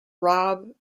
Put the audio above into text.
rob